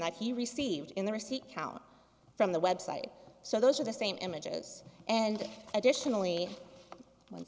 that he received in the receipt out from the web site so those are the same images and additionally